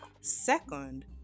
Second